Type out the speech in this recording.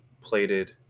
plated